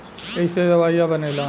ऐइसे दवाइयो बनेला